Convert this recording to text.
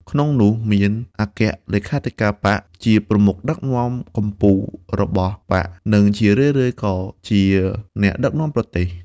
ក្នុងនោះមានអគ្គលេខាបក្ស ជាប្រមុខដឹកនាំកំពូលរបស់បក្ស និងជារឿយៗក៏ជាអ្នកដឹកនាំប្រទេស ។